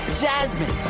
jasmine